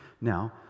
Now